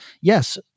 yes